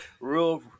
Rule